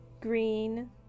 green